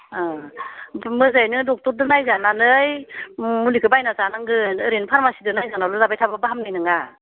अह मोजाङैनो डक्टरजों नायजानानै मुलिखौ बायना जानांगोन ओरैनो फार्मासिनाव नायजानानै लाबाय थाबाल' हामनाय नङा